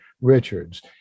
Richards